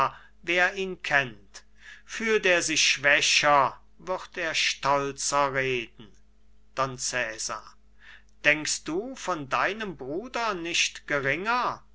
wer ihn kennt fühlt er sich schwächer würd er stolzer reden don cesar denkst du von deinem bruder nicht geringer